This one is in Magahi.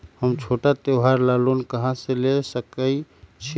हम छोटा त्योहार ला लोन कहां से ले सकई छी?